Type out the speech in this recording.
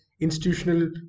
Institutional